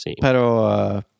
Pero